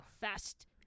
Fast